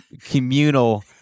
communal